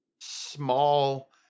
small